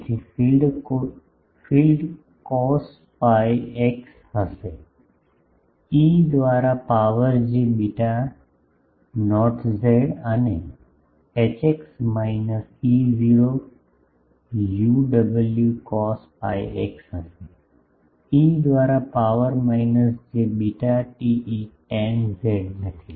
તેથી field cos pi X હશે E દ્વારા પાવર જે બીટા નહીં ઝેડ અને H X minus E0 U W cos pi x હશે ઇ દ્વારા power minus J beta TE10 z નથી